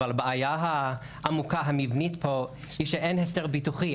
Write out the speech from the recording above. אבל הבעיה העמוקה המבנית פה היא שאין הסדר ביטוחי.